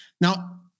Now